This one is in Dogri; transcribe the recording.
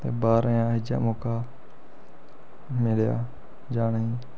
ते बाह्रा जा मौका मिलेआ जाने गी